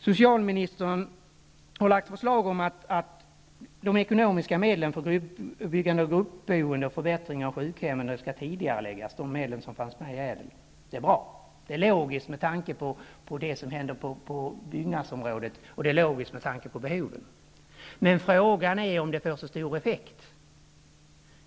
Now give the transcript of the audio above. Socialministern har lagt förslag om att de ekonomiska medlen för byggande av gruppboende och förbättringar av sjukhemmen som fanns med i ÄDEL skall tidigareläggas. Det är bra, och det är logiskt med tanke på det som händer på byggnadsområdet och med tanke på behoven. Men frågan är om det får så stor effekt.